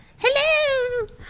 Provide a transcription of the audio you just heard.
hello